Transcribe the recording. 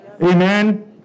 Amen